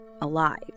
alive